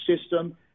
system